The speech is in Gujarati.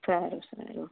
સારું સારું